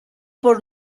por